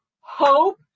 hope